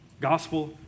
Gospel